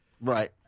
Right